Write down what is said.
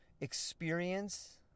experience